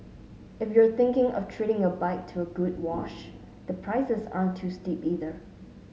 if you're thinking of treating your bike to a good wash the prices aren't too steep either